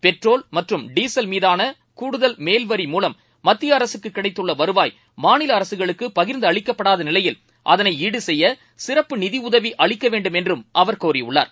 petrol மற்றும் diesel மீதானகூடுதல் மேல்வரி மூலம் மத்தியஅரசுக்குகிடைத்துள்ளவருவாய் மாநிலஅரசுகளுக்குபகிா்ந்துஅளிக்கப்படாதநிலையில் அதனொடுசெய்யசிறப்பு நிதியுதவிஅளிக்கவேண்டும் என்றும் அவர் கோரியுள்ளார்